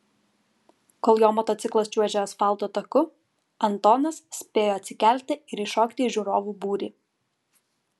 kol jo motociklas čiuožė asfalto taku antonas spėjo atsikelti ir įšokti į žiūrovų būrį